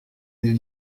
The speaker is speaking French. des